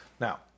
Now